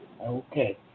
Okay